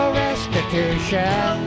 restitution